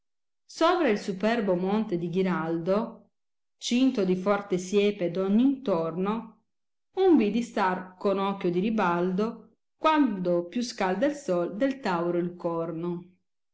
sovra il superbo monte di ghiraldo cinto di forte siepe d ogn intorno un vidi star con occbio di ribaldo quando più scalda il sol del tauro il corno